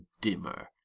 dimmer